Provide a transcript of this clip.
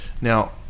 Now